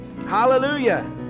Hallelujah